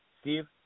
Steve